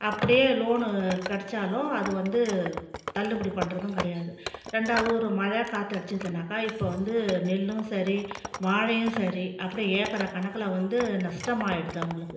அப்படியே லோன் கிடச்சாலும் அது வந்து தள்ளுபடி பண்ணுறதும் கிடையாது ரெண்டாவது ஒரு மழை காற்று அடிச்சுதுன்னாக்கா இப்போது வந்து நெல்லும் சரி வாழையும் சரி அப்படியே ஏக்கர் கணக்கில் வந்து நஷ்டமாகிடுது அவங்களுக்கு